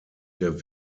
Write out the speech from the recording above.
der